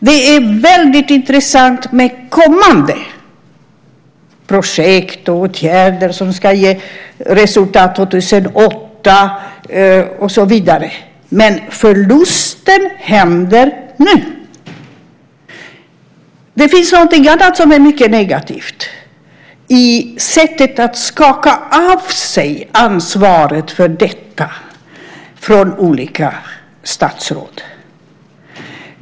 Det är väldigt intressant med kommande projekt, åtgärder som ska ge resultat 2008 och så vidare, men förlusten sker nu! Det finns också någonting mycket negativt i sättet att skaka av sig ansvaret för detta från olika statsråd.